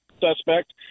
suspect